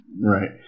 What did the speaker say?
Right